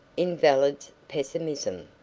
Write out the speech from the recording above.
invalid's pessimism,